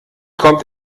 kommt